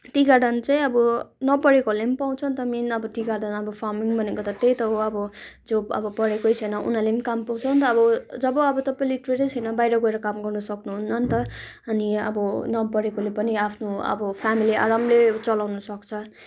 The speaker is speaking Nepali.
टी गार्डन चाहिँ अब नपढेकोहरूले नि पाउँछ अन्त मेन अब टी गार्डन फार्मिङ्ग भनेको त त्यही अब जो पढेकै छैन उनीहरूले काम पाउँछ नि त अब जब तपाईँले लिट्रेट नै छैन तपाईँले बाहिर गएर काम गर्नु सक्नुहुन्न नि त अनि अब नपढेकोले पनि आफ्नो अब फ्यामेली आरामले चलाउनु सक्छ